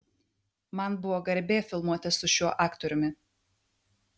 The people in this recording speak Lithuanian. man buvo garbė filmuotis su šiuo aktoriumi